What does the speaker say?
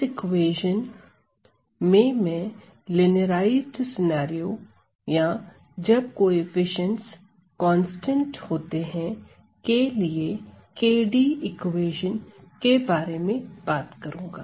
इस इक्वेशन में मैं लिनियराइज्ड सिनेरियो या जब कोएफ़िशिएंट्स कांस्टेंट होते हैं के लिए KdV इक्वेशन के बारे में बात करूंगा